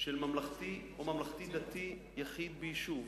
של ממלכתי או ממלכתי-דתי יחיד ביישוב,